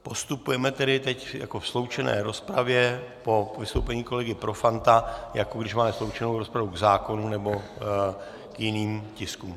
Postupujeme tedy teď jako v sloučené rozpravě po vystoupení kolegy Profanta, jako když máme sloučenou rozpravu k zákonům nebo k jiným tiskům.